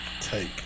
Take